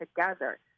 together